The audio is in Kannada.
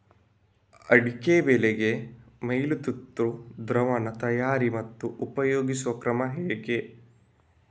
ಅಡಿಕೆ ಬೆಳೆಗೆ ಮೈಲುತುತ್ತು ದ್ರಾವಣ ತಯಾರಿ ಮತ್ತು ಉಪಯೋಗಿಸುವ ಕ್ರಮ ಹೇಗೆ?